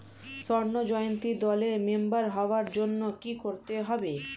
স্বর্ণ জয়ন্তী দলের মেম্বার হওয়ার জন্য কি করতে হবে?